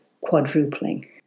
quadrupling